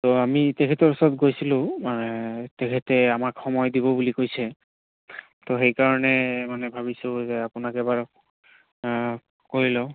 ত' আমি তেখেতৰ ওচৰত গৈছিলো তেখেতে আমাক সময় দিব বুলি কৈছে ত' সেইকাৰণে মানে ভাবিছো যে আপোনাক এবাৰ কৈ লওঁ